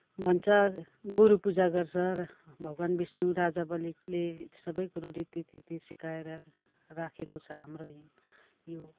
भन्छ गोरु पूजा गर्छ र भगवान विष्णु राजा बलिले सबै कुरो रीति थीति सिकाएर राखेको छ हाम्रो यो